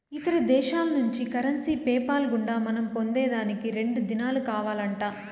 ఇతర దేశాల్నుంచి currency PayPal గుండా మనం పొందేదానికి రెండు దినాలు కావాలంట